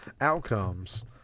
Outcomes